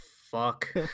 fuck